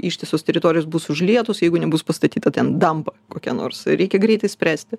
ištisos teritorijos bus užlietos jeigu nebus pastatyta ten damba kokia nors reikia greitai spręsti